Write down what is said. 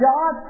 God